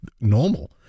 normal